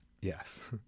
Yes